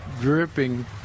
dripping